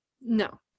No